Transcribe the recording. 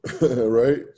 right